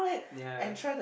ya